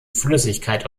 flüssigkeit